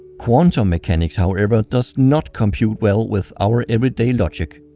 quantum mechanics however does not compute well with our everyday logic.